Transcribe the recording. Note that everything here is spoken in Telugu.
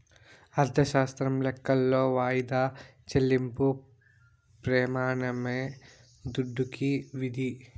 అర్ధశాస్త్రం లెక్కలో వాయిదా చెల్లింపు ప్రెమానమే దుడ్డుకి విధి